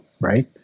right